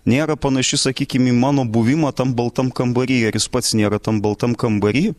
nėra panaši sakykim į mano buvimą tam baltam kambary ar jis pats nėra tam baltam kambary